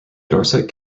dorset